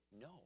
No